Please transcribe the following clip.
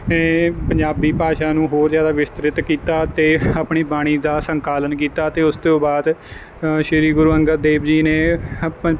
ਪੰਜਾਬੀ ਭਾਸ਼ਾ ਨੂੰ ਹੋਰ ਜ਼ਿਆਦਾ ਵਿਸਤ੍ਰਿਤ ਕੀਤਾ ਅਤੇ ਆਪਣੀ ਬਾਣੀ ਦਾ ਸੰਕਲਨ ਕੀਤਾ ਅਤੇ ਉਸ ਤੋਂ ਬਾਅਦ ਸ਼੍ਰੀ ਗੁਰੂ ਅੰਗਦ ਦੇਵ ਜੀ ਨੇ ਅਪ